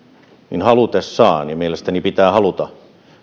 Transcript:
että halutessaan ja mielestäni pitää haluta